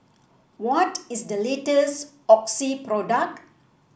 what is the latest Oxy product